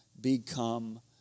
become